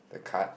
the card